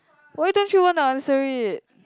why don't you wanna answer it